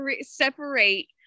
separate